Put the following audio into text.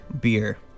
beer